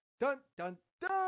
Dun-dun-dun